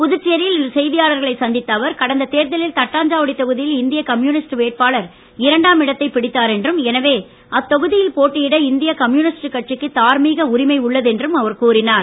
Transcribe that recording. புதுச்சேரியில் இன்று செய்தியாளர்களை சந்தித்த அவர் கடந்த தேர்தலில் தட்டாஞ்சாவடி தொகுதியில் இந்திய கம்யூனிஸ்ட் வேட்பாளர் உஃஆம் இடத்தை பிடித்தார் என்றும் எனவெ அத்தொகுதியில் போட்டியிட இந்திய கம்யூனிஸ்ட் கட்சிக்கு தார்மீக உரிமை உள்ளது என்று கூறினார்